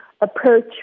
approach